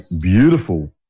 beautiful